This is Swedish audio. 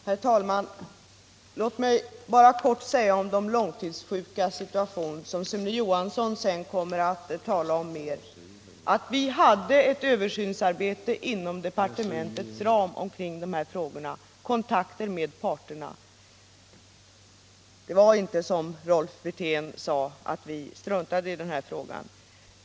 Herr talman! Låt mig bara kort säga beträffande de långtidssjukas situation, som Sune Johansson sedan kommer att tala mer om, att vi inom departementets ram bedrev ett översynsarbete kring dessa problem, varvid kontakter togs med parterna. Det var inte som Rolf Wirtén sade, att vi struntade i denna fråga.